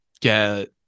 get